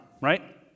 right